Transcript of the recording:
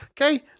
Okay